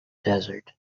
desert